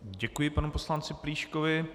Děkuji panu poslanci Plíškovi.